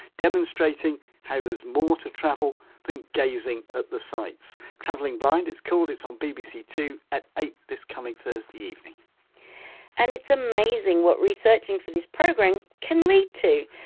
demonstrating how there's more to travel than gazing at the sights. travelling blind, it's called, it's on um bbc two at eight this coming thursday evening and it's amazing what researching for this programme can lead to.